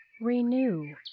Renew